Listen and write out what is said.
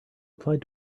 applied